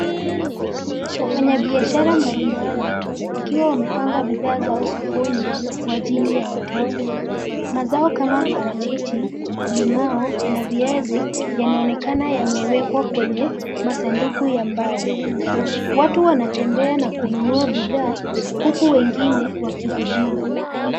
Wafanyabiashara mbalimbali, wakiwa wamepanga bidhaa zao sokoni kwa ajili ya wateja. Mazao kama parachichi, limao na viazi, yanaonekana yamewekwa kwenye masanduku ya mbao. Watu wanatembea na kununua bidhaa huku wengine wakihudumu.